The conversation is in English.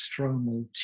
stromal